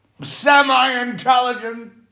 semi-intelligent